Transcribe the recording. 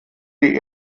die